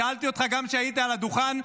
שאלתי אותך גם כשהיית על הדוכן.